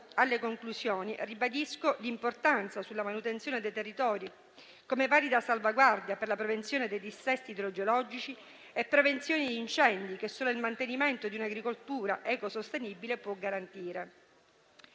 alle conclusioni, ribadisco l'importanza della manutenzione dei territori, come valida salvaguardia per la prevenzione dei dissesti idrogeologici e per la prevenzione degli incendi, che solo il mantenimento di un'agricoltura ecosostenibile può garantire.